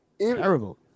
terrible